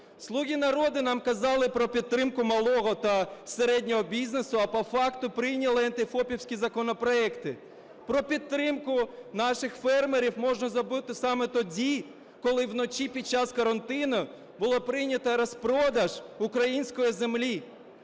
"Слуги народу" нам казали про підтримку малого та середнього бізнесу, а по факту прийняли антифопівські законопроекти. Про підтримку наших фермерів можна забути саме тоді, коли вночі під час карантину було прийнято розпродаж української землі.